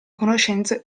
conoscenze